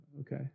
Okay